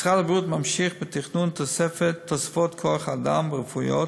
משרד הבריאות ממשיך בתכנון תוספות כוח-אדם רפואיות,